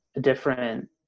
different